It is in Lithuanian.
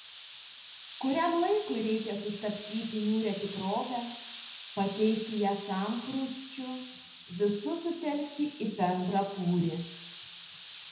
kuriam laikui reikia sustabdyti niūrią tikrovę pakeisti ją sambrūzdžiu visus sutelkti į bendrą būrį